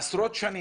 עשרות שנים.